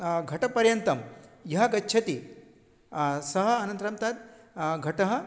घटपर्यन्तं यः गच्छति सः अनन्तरं तत् घटः